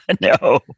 no